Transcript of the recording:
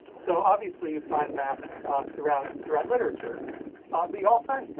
so obviously you find maps throughout throughout literature be awesome.